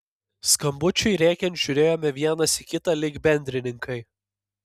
skambučiui rėkiant žiūrėjome vienas į kitą lyg bendrininkai